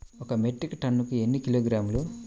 ఒక మెట్రిక్ టన్నుకు ఎన్ని కిలోగ్రాములు?